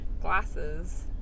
glasses